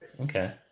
Okay